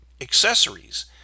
accessories